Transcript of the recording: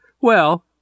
Well